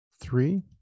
three